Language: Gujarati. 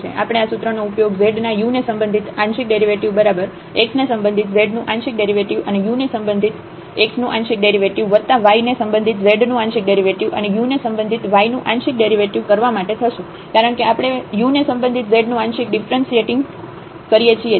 આપણે આ સૂત્ર નો ઉપયોગ z ના u ને સંબંધિત આંશિક ડેરિવેટિવ બરાબર x ને સંબંધિત z નું આંશિક ડેરિવેટિવ અને u ને સંબંધિત x નું આંશિક ડેરિવેટિવ વત્તા y ને સંબંધિત z નું આંશિક ડેરિવેટિવ અને u ને સંબંધિત y નું આંશિક ડેરિવેટિવ કરવા માટે થશે કારણ કે આપણે u ને સંબંધિત z નું આંશિક ડિફ્રન્સિએટિંગ કરીએ છીએ